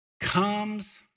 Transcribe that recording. comes